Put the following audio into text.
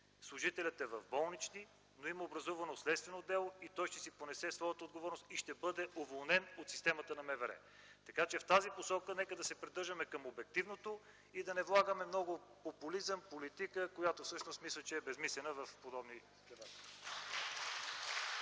служителят е в болнични, но има образувано следствено дело и той ще понесе своята отговорност, и ще бъде уволнен от системата на МВР. Така че в тази посока нека се придържаме към обективното и да не влагаме много популизъм и политика, която всъщност мисля, че е безсмислена в подобни дебати.